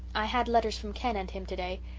i had letters from ken and him today.